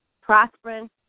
prospering